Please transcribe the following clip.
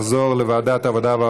לוועדת העבודה,